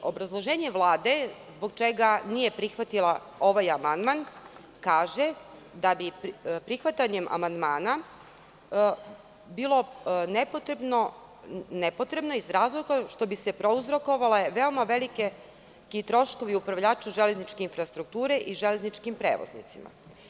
Obrazloženje Vlade zbog čega nije prihvatila ovaj amandman kaže da bi prihvatanjem amandmana bilo nepotrebno iz razloga što bi se prouzrokovali veoma veliki troškovi upravljača železničke infrastrukture i železničkim prevoznicima.